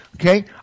Okay